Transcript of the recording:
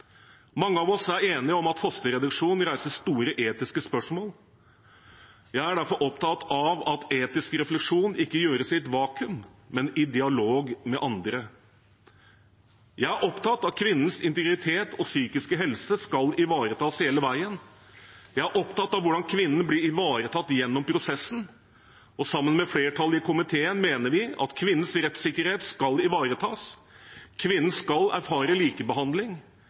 Mange av oss er enige om at fosterreduksjon reiser store etiske spørsmål. Jeg er derfor opptatt av at etisk refleksjon ikke gjøres i et vakuum, men i dialog med andre. Jeg er opptatt av at kvinnens integritet og psykiske helse skal ivaretas hele veien. Jeg er opptatt av hvordan kvinnen blir ivaretatt gjennom prosessen, og sammen med flertallet i komiteen mener vi at kvinnens rettssikkerhet skal ivaretas. Kvinnen skal erfare likebehandling,